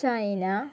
China